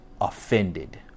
offended